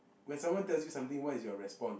when someone tells you something what is your response